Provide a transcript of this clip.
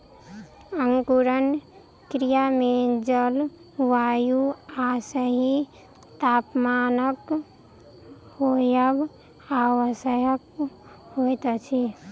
अंकुरण क्रिया मे जल, वायु आ सही तापमानक होयब आवश्यक होइत अछि